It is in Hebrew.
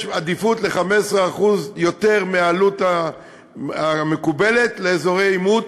יש עדיפות ל-15% יותר מהעלות המקובלת לאזורי עימות,